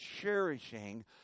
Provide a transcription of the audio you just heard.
cherishing